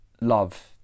love